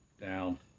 down